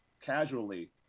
casually